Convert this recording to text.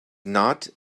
not